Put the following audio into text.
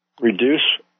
Reduce